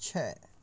छओ